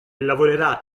lavorerà